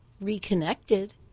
reconnected